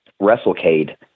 wrestlecade